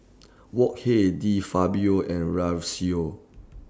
Wok Hey De Fabio and